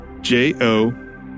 J-O